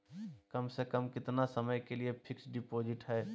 कम से कम कितना समय के लिए फिक्स डिपोजिट है?